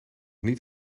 niet